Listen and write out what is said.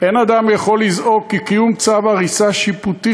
"אין אדם יכול לזעוק כי קיום צו הריסה שיפוטי